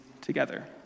together